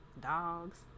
dogs